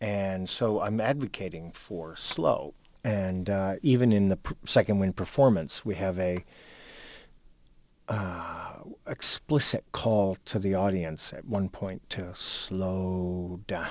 and so i'm advocating for slow and even in the second when performance we have a explicit call to the audience at one point to slow down